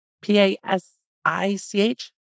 P-A-S-I-C-H